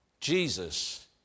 Jesus